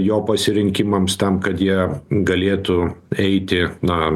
jo pasirinkimams tam kad jie galėtų eiti na